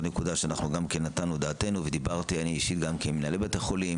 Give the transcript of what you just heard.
נקודה שנתנו דעתנו ודיברתי אני אישית גם עם מנהלי בתי חולים,